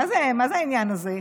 מה העניין הזה?